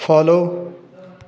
follow